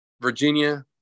Virginia